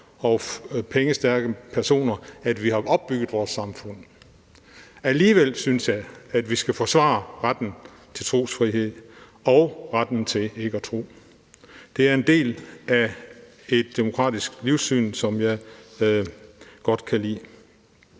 og pengestærke personer, vi har opbygget vores samfund. Alligevel synes jeg, vi skal forsvare retten til trosfrihed og retten til ikke at tro. Det er en del af et demokratisk livssyn, som jeg godt kan lide.